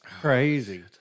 Crazy